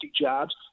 jobs